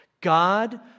God